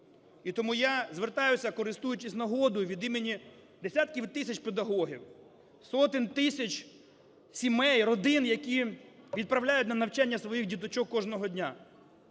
І тому я звертаюсь, користуючись нагодою, від імені десятків тисяч педагогів, сотень тисяч сімей, родин, які відправляють на навчання своїх діточок кожного дня